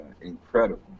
incredible